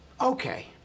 Okay